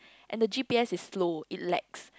and the g_p_s is slow it lags